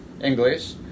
English